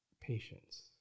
patience